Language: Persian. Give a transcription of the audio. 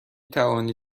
توانید